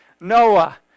Noah